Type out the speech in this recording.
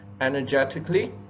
energetically